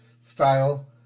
style